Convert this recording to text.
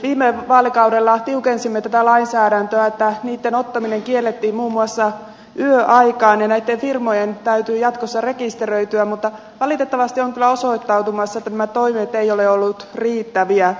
viime vaalikaudella tiukensimme tätä lainsäädäntöä että niitten ottaminen kiellettiin muun muassa yöaikaan ja näitten firmojen täytyy jatkossa rekisteröityä mutta valitettavasti on kyllä osoittautumassa että nämä toimet eivät ole olleet riittäviä